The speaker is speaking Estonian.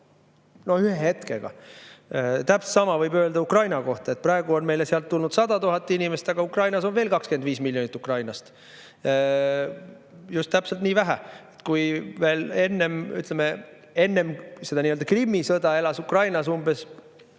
ühe hetkega. Täpselt sama võib öelda Ukraina kohta. Praegu on meile sealt tulnud 100 000 inimest, aga Ukrainas on veel 25 miljonit ukrainlast. Just täpselt nii vähe. Kui veel enne seda nii-öelda Krimmi sõda elas Ukrainas umbes